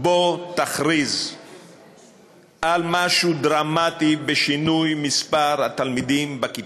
בוא תכריז על משהו דרמטי בשינוי מספר התלמידים בכיתות.